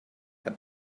that